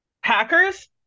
Hackers